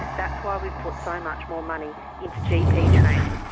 that's why we've put so much more money into gp training,